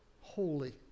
holy